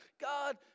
God